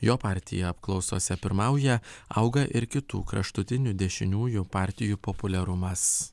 jo partija apklausose pirmauja auga ir kitų kraštutinių dešiniųjų partijų populiarumas